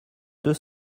deux